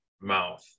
mouth